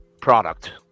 product